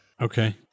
Okay